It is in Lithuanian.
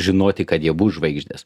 žinoti kad jie bus žvaigždės